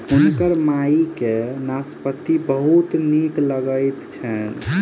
हुनकर माई के नाशपाती बहुत नीक लगैत छैन